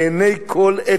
לעיני כול,